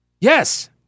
Yes